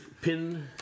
PIN